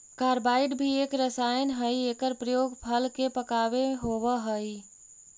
carbide भी एक रसायन हई एकर प्रयोग फल के पकावे होवऽ हई